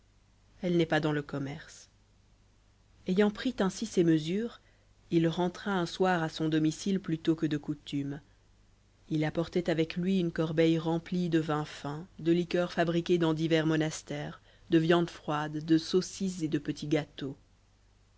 elle n'est pas dans le commerce ayant pris ainsi ses mesures il rentra un soir à son domicile plus tôt que de coutume il apportait avec lui une corbeille remplie de vins fins de liqueurs fabriquées dans divers monastères de viandes froides de saucisses et de petits gâteaux